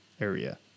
area